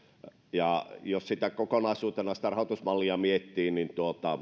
jos kokonaisuutena sitä rahoitusmallia miettii niin